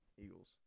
Eagles